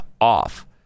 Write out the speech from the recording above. off